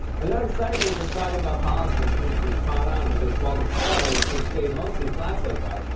and that excitement for talking about policy seems to have caught on, because while the polls have stayed mostly flat so far,